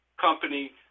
company